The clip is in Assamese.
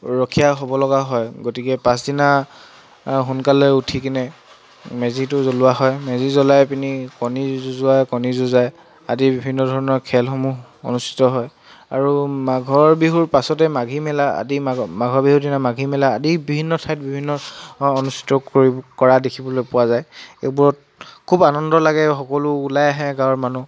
ৰখীয়া হ'ব লগা হয় গতিকে পাছদিনা সোনকালে উঠি কিনে মেজিটো জ্বলোৱা হয় মেজি জ্বলাই পিনি কণী যুঁজোৱাই কণী যুঁজাই আদি বিভিন্ন ধৰণৰ খেলসমূহ অনুষ্ঠিত হয় আৰু মাঘৰ বিহুৰ পাছতে মাঘী মেলা আদি মাঘৰ বিহুৰ দিনা মাঘী মেলা আদি বিভিন্ন ঠাইত বিভিন্ন অনুষ্ঠিত কৰি কৰা দেখা যায় এইবোৰত খুব আনন্দ লাগে সকলো ওলাই আহে গাঁৱৰ মানুহ